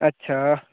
अच्छा